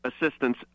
assistance